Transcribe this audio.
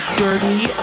dirty